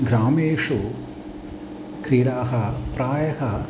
ग्रामेषु क्रीडाः प्रायः